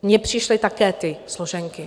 Mně přišly také ty složenky.